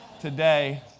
today